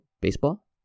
Baseball